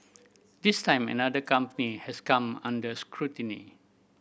this time another company has come under scrutiny